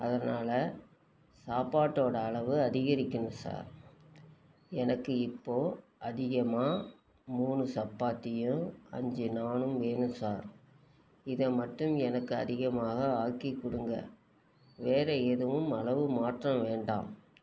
அதனால் சாப்பாட்டோடய அளவு அதிகரிக்கணும் சார் எனக்கு இப்போது அதிகமாக மூணு சப்பாத்தியும் அஞ்சு நானும் வேணும் சார் இதை மட்டும் எனக்கு அதிகமாக ஆக்கிக்கொடுங்க வேற எதுவும் அளவு மாற்றம் வேண்டாம்